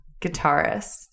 guitarist